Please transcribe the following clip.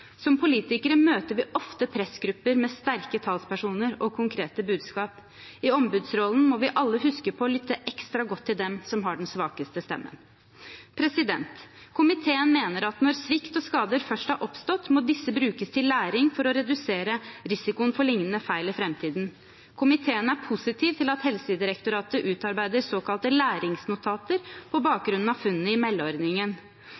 Som politikere møter vi ofte pressgrupper med sterke talspersoner og konkrete budskap. I ombudsrollen må vi alle huske litt ekstra godt på dem som har den svakeste stemmen. Komiteen mener at når svikt og skader først har oppstått, må disse brukes til læring for å redusere risikoen for lignende feil i framtiden. Komiteen er positiv til at Helsedirektoratet utarbeider såkalte læringsnotater på